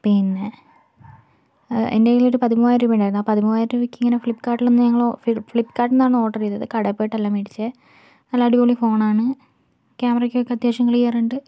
പിന്നേ എൻറെ കയ്യിൽ ഒരു പതിമൂവായിരം രൂപ ഉണ്ടായിരുന്നു ആ പതിമൂവായിരം രൂപയ്ക്ക് ഇങ്ങനെ ഫ്ലിപ്പ്കാർട്ടിൽ നിന്ന് ഞങ്ങളൊന്ന് ഫ്ലിപ്പ്കാർട്ടിൽനിന്നാണ് ഓർഡർ ചെയ്തത് കടയിൽ പോയിട്ടല്ല മേടിച്ചത് നല്ല അടിപൊളി ഫോണാണ് ക്യാമറയ്ക്കൊക്കെ അത്യാവശ്യം ക്ലിയറുണ്ട്